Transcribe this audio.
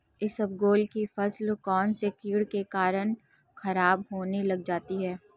इसबगोल की फसल कौनसे कीट के कारण खराब होने लग जाती है?